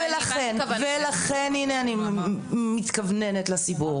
ולכן, הנה אני מתכוונת לסיפור.